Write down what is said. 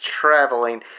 traveling